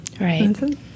Right